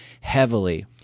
heavily